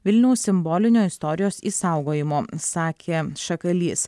vilniaus simbolinio istorijos išsaugojimo sakė šakalys